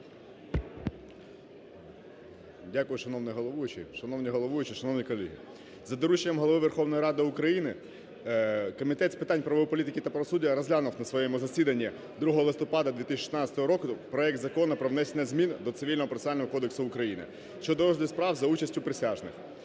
Шановний головуючий! Шановні колеги! За дорученням Голови Верховної Ради України Комітет з питань правової політики та правосуддя розглянув на своєму засіданні 2 листопада 2016 року проект Закону про внесення змін до Цивільного процесуального кодексу України (щодо розгляду справ за участю присяжних)